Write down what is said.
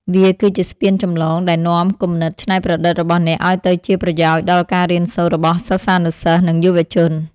វាគឺជាស្ពានចម្លងដែលនាំគំនិតច្នៃប្រឌិតរបស់អ្នក ឱ្យទៅជាប្រយោជន៍ដល់ការរៀនសូត្ររបស់សិស្សានុសិស្ស និងយុវជន។